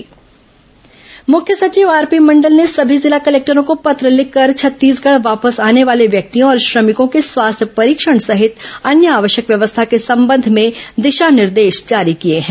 corona मुख्य सचिव मुख्य सचिव आरपी मंडल ने सभी जिला कलेक्टरों को पत्र लिखकर छत्तीसगढ़ वापस आने वाले व्यक्तियों और श्रमिकों के स्वास्थ्य परीक्षण सहित अन्य आवश्यक व्यवस्था के संबंध में दिशा निर्देश जारी किए हैं